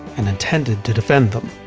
and intended to defend them.